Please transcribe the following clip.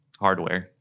Hardware